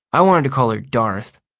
i wanted to call her darth.